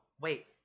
wait